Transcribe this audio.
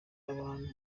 abantu